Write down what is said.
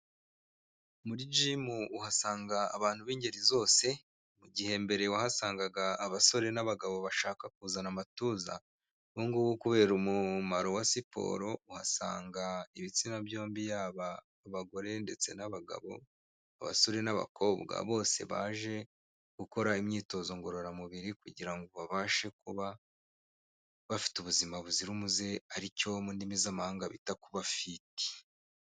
Muri gimu uhasanga abantu b'ingeri zose mu gihe mbere wahasangaga abasore n'abagabo bashaka kuzana amatuza, ubungubu kubera umumaro wa siporo uhasanga ibitsina byombi yaba abagore ndetse n'abagabo, abasore n'abakobwa, bose baje gukora imyitozo ngororamubiri kugira ngo babashe kuba bafite ubuzima buzira umuze ari cyo mu ndimi z'amahanga bita kuba fiti.